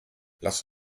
lass